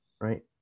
right